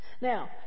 now